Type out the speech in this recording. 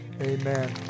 Amen